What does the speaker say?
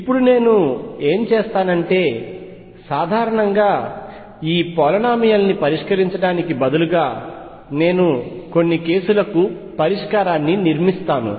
ఇప్పుడు నేను ఇప్పుడు ఏమి చేస్తానంటే సాధారణంగా ఈ పాలీనోమీయల్ ని పరిష్కరించడానికి బదులుగా నేను కొన్ని కేసులకు పరిష్కారాన్ని నిర్మిస్తాను